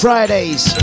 Fridays